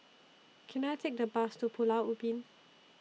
Can I Take A Bus to Pulau Ubin